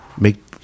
make